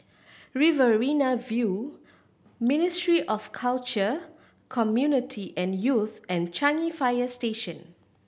Riverina View Ministry of Culture Community and Youth and Changi Fire Station